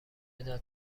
داد